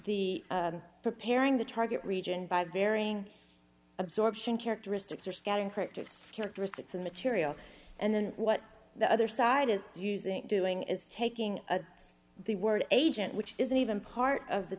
the preparing the target region by varying absorption characteristics or scout encrypt its characteristics and material and then what the other side is using doing is taking the word agent which isn't even part of the